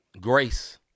grace